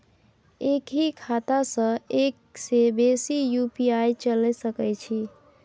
एक ही खाता सं एक से बेसी यु.पी.आई चलय सके छि?